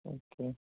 okay